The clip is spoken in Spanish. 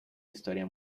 historia